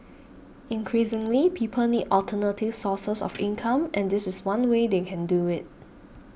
increasingly people need alternative sources of income and this is one way they can do it